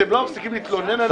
אתם לא מפסיקים להתלונן עליה,